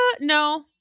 No